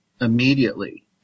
immediately